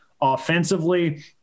offensively